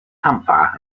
campfire